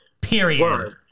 Period